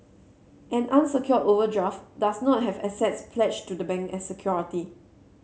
an unsecured overdraft does not have assets pledged to the bank as security